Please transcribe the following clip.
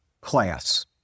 class